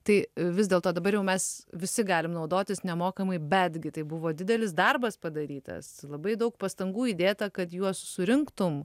tai vis dėlto dabar jau mes visi galim naudotis nemokamai betgi tai buvo didelis darbas padarytas labai daug pastangų įdėta kad juos surinktum